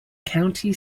county